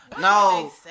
No